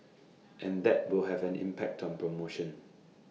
and that will have an impact on promotion